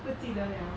不记得了